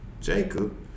Jacob